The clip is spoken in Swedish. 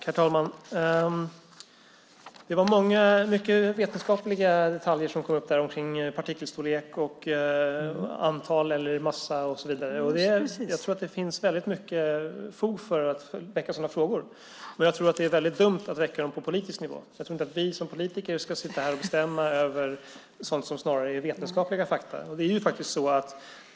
Herr talman! Det var många mycket vetenskapliga detaljer som kom upp om partikelstorlek, antal, massa och så vidare. Jag tror att det finns fog för att väcka sådana frågor men jag tror att det är väldigt dumt att väcka dem på politisk nivå. Jag tror inte att vi som politiker ska bestämma över sådant som snarare är vetenskapliga fakta.